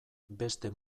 beste